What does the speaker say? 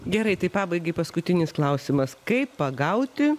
gerai tai pabaigai paskutinis klausimas kaip pagauti